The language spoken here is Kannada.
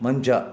ಮಂಚ